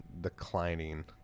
declining